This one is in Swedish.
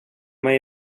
mig